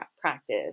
practice